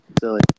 Silly